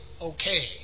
okay